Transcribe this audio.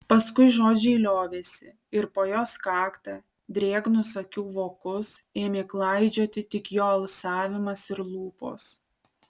paskui žodžiai liovėsi ir po jos kaktą drėgnus akių vokus ėmė klaidžioti tik jo alsavimas ir lūpos